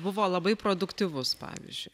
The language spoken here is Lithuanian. buvo labai produktyvus pavyzdžiui